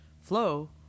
flow